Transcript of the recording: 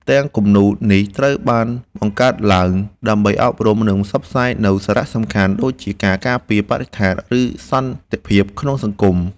ផ្ទាំងគំនូរនេះត្រូវបានបង្កើតឡើងដើម្បីអប់រំ និងផ្សព្វផ្សាយនូវសារៈសំខាន់ ដូចជាការការពារបរិស្ថាន ឬសន្តិភាពក្នុងសង្គម។